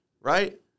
right